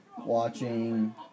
watching